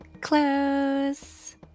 close